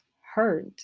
hurt